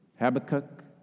Habakkuk